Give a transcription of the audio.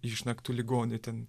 išnaktų ligoniai ten